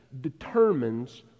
determines